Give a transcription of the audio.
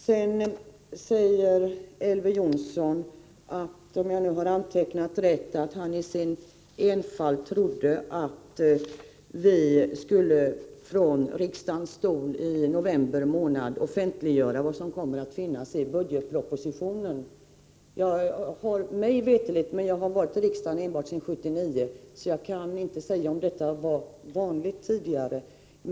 Vidare säger Elver Jonsson att han i sin enfald trodde att det i november skulle offentliggöras i riksdagen vad budgetpropositionen kommer att innehålla. Jag har varit i riksdagen enbart sedan 1979, så jag kan inte säga om det har varit vanligt tidigare.